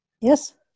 Yes